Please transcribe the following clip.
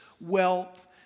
wealth